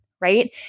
Right